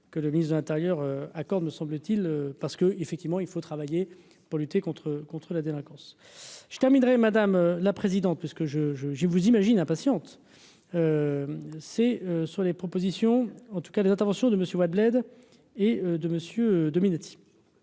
que le ministre de l'Intérieur accorde ne semble-t-il parce que, effectivement, il faut travailler pour lutter contre contre la délinquance, je terminerai, madame la présidente, puisque je je je vous imagine impatiente, c'est sur les propositions, en tout cas les interventions de Monsieur Wade et de monsieur Dominati.